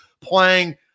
playing